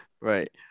right